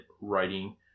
writing